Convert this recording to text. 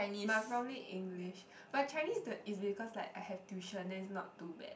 but probably English but Chinese the is because like I have tuition then it's not too bad